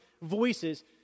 Voices